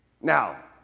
Now